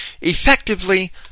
effectively